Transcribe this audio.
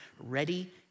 ready